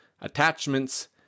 attachments